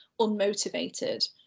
unmotivated